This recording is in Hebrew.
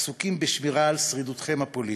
עסוקים בשמירה על שרידותכם הפוליטיות.